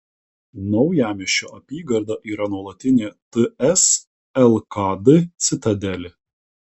naujamiesčio apygarda yra nuolatinė ts lkd citadelė